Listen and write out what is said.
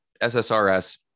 SSRS